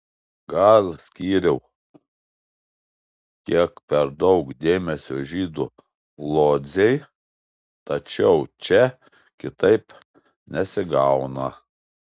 gal skyriau kiek per daug dėmesio žydų lodzei tačiau čia kitaip nesigauna